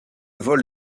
vol